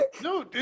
No